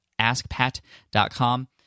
askpat.com